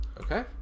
okay